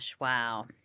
Wow